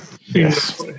Yes